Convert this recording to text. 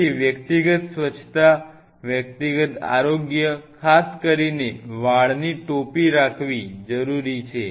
તેથી વ્યક્તિગત સ્વચ્છતા વ્યક્તિગત આરોગ્ય ખાસ કરીને વાળની ટોપી રાખવી જરુરી છે